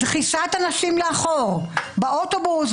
דחיסת הנשים לאחור - באוטובוס,